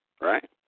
right